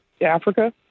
Africa